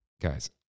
guys